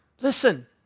Listen